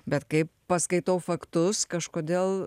bet kai paskaitau faktus kažkodėl